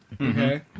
okay